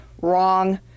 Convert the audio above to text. Wrong